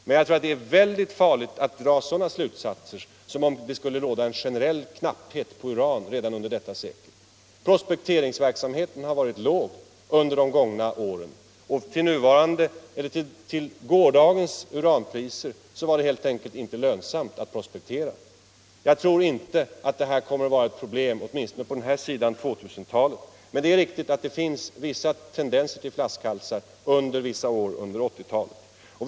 Men jag tror att det är väldigt farligt att dra sådana slutsatser att det skulle råda en generell knapphet på uran redan under detta sekel. Prospekteringsverksamheten har varit låg under de gångna åren. Till gårdagens uranpriser var det helt enkelt inte lönsamt att prospektera. Jag tror inte att det här kommer att vara något problem, åtminstone inte på denna sida av 2 000-talet. Det är dock riktigt att det finns tendenser till flaskhalsar under vissa år på 1980-talet.